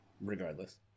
regardless